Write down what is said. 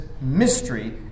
mystery